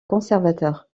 conservateur